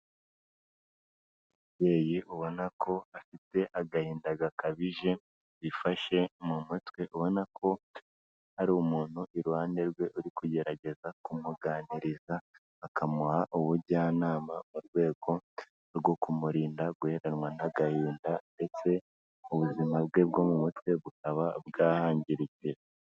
Umubyeyi ubona ko afite agahinda gakabije, wifashe mu mutwe, ubona ko hari umuntu iruhande rwe uri kugerageza kumuganiriza akamuha ubujyanama, mu rwego rwo kumurinda guheranwa n'agahinda, ndetse ubuzima bwe bwo mu mutwe bukaba bwahangirikira.